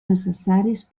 necessaris